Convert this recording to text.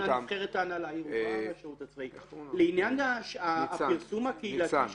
כשבעל עסק מחליט שהוא מוציא חמור עם פרסום לאמצע המדרכה כך